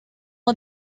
let